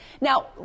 Now